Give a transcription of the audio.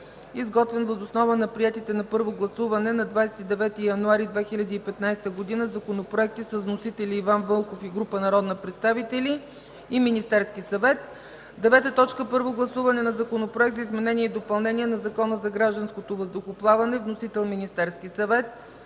изготвен въз основа на приетите на първо гласуване на 29 януари 2015 г. законопроекти с вносители Иван Вълков и група народни представители, и Министерският съвет). 9. Първо гласуване на Законопроекта за изменение и допълнение на Закона за гражданското въздухоплаване. Вносител – Министерският съвет.